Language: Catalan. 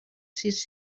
sis